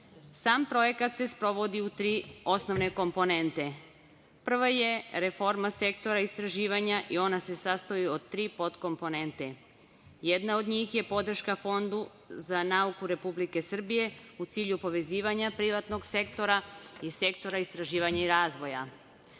projekat se sprovodi u tri osnovne komponente. Prva je reforma Sektora istraživanja i ona se sastoji od tri podkomponente. Jedna od njih je podrška Fondu za nauku Republike Srbije u cilju povezivanja privatnog sektora i sektora istraživanja i razvoja. Druga